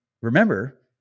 remember